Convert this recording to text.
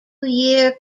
year